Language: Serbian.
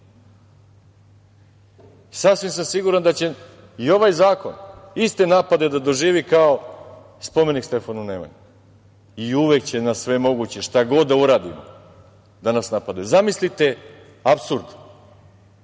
dece. Sasvim sam siguran da će i ovaj zakon iste napade da doživi kao spomenik Stefanu Nemanji i uvek će na sve moguće, šta god da uradimo, da nas napadaju. Zamislite, apsurd,